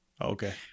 Okay